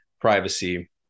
privacy